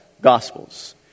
gospels